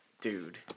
dude